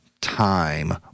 time